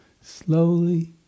slowly